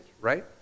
right